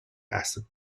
acid